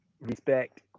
respect